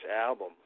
album